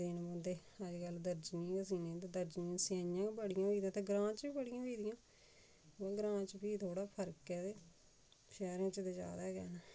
देने पौंदे अज्जकल दर्जीयें गै सीने ते दर्जीयें सेआइयां गै बड़ियां होई गेदियां ते ग्रांऽ च फ्ही बड़ियां होई दियां बा ग्रांऽ च फ्ही थोह्ड़ा फर्क ऐ ते शैह्रें च ते ज्यादा गै न